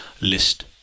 list